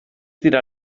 dira